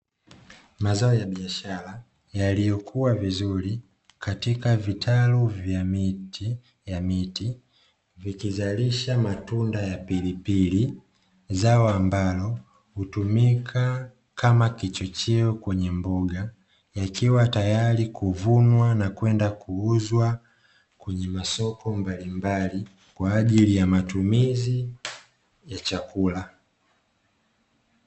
Mazao ya biashara yaliyokua vizuri katika vitalu vya miti, yakizalisha matunda ya pilipili. Zao ambalo hutumika kama kichocheo kwenye mboga, yakiwa tayari kuvunwa na kwenda kuuzwa kwenye masoko mbalimbali kwa ajili ya matumizi ya chakula.